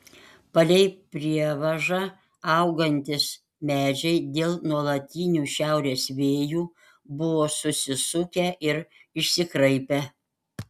palei prievažą augantys medžiai dėl nuolatinių šiaurės vėjų buvo susisukę ir išsikraipę